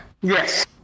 Yes